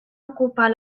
ocupar